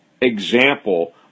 example